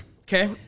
Okay